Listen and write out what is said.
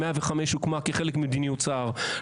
105 הוקמה כחלק ממדיניות שר,